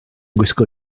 gwisgo